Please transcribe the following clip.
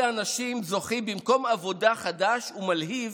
אנשים זוכים במקום עבודה חדש ומלהיב